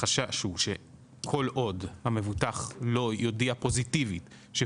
החשש הוא שכל עוד המבוטח לא יודיע פוזיטיבית שהוא